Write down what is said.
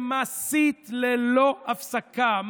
שמסית ללא הפסקה,